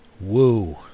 Woo